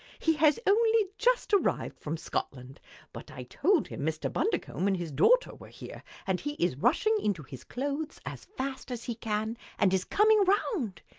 he has only just arrived from scotland but i told him mr. bundercombe and his daughter were here, and he is rushing into his clothes as fast as he can and is coming round.